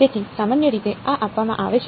તેથી સામાન્ય રીતે આ આપવામાં આવે છે